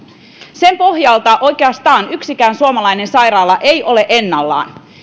sen pohjalta oikeastaan yksikään suomalainen sairaala ei ole ennallaan